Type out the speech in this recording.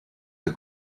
the